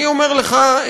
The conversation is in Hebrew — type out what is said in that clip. אני אומר לך,